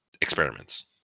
experiments